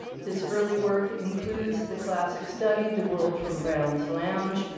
his early work includes the classic study, the world from brown's lounge,